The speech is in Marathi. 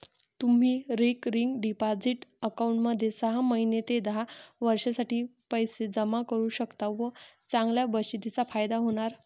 तुम्ही रिकरिंग डिपॉझिट अकाउंटमध्ये सहा महिने ते दहा वर्षांसाठी पैसे जमा करू शकता व चांगल्या बचतीचा फायदा होणार